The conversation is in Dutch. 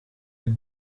het